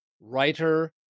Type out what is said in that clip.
writer